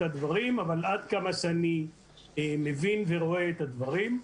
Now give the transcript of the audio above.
הדברים אבל עד כמה שאני מבין ורואה את הדברים,